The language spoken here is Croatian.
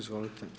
Izvolite.